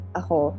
ako